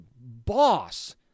boss